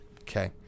Okay